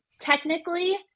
technically